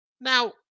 Now